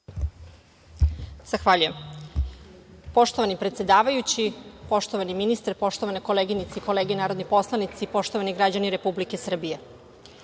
Zahvaljujem. Poštovani predsedavajući, poštovani ministre, poštovane koleginice i kolege narodni poslanici, poštovani građani Republike Srbije,